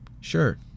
Sure